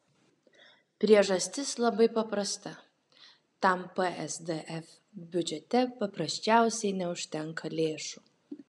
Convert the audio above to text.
priežastis labai paprasta tam psdf biudžete paprasčiausiai neužtenka lėšų